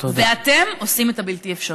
ואתם עושים את הבלתי-אפשרי.